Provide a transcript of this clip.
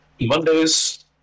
Mondays